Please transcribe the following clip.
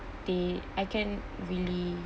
they I can really